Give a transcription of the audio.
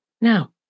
Now